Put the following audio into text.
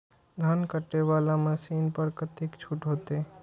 धान कटे वाला मशीन पर कतेक छूट होते?